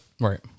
Right